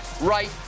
right